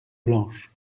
blanche